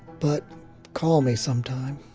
but call me sometime.